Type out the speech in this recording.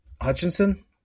Hutchinson